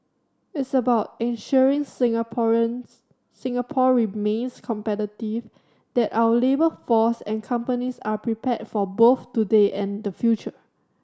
it's about ensuring Singaporeans Singapore remains competitive that our labour force and companies are prepared for both today and the future